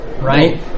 right